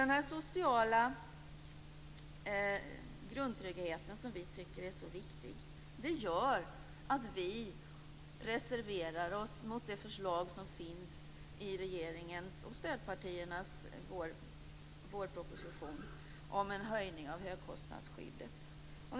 Den sociala grundtrygghet som vi tycker är så viktig gör att vi reserverar oss mot det förslag om en höjning av högkostnadsskyddet som finns i regeringens och stödpartiernas vårproposition.